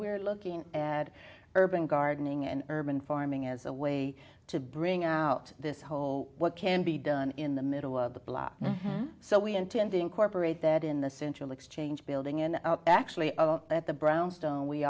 we're looking at urban gardening and urban farming as a way to bring out this whole what can be done in the middle of the block so we intend to incorporate that in the central exchange building in actually at the brownstone we